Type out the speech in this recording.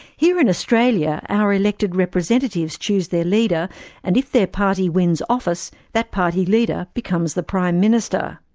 here in australia, our elected representatives choose their leader and if their party wins office that party leader becomes the prime minister.